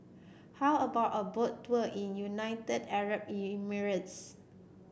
how about a Boat Tour in United Arab Emirates